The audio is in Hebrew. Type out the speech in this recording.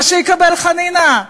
אלא שיקבל חנינה,